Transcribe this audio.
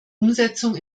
umsetzung